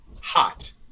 hot